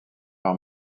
par